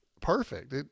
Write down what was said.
perfect